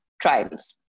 trials